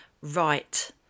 right